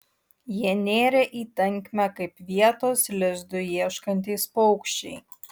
jie nėrė į tankmę kaip vietos lizdui ieškantys paukščiai